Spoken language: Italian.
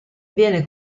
viene